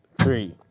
three,